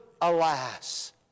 alas